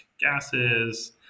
gases